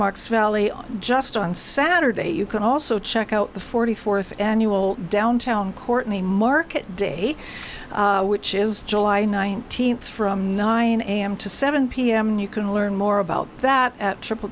marks valley just on saturday you can also check out the forty fourth annual downtown courtney market day which is july nineteenth from nine am to seven pm you can learn more about that at triple